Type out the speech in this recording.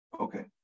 Okay